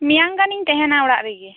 ᱢᱮᱭᱟᱝ ᱜᱟᱱ ᱤᱧ ᱛᱟᱦᱮᱱᱟ ᱚᱲᱟᱜ ᱨᱮᱜᱮ